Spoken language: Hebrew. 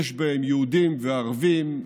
יש בהם יהודים וערבים,